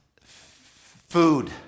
food